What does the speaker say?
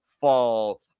fall